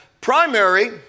primary